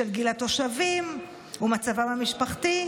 ובשל גיל התושבים ומצבם המשפחתי,